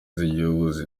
z’ubuyobozi